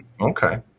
Okay